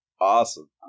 awesome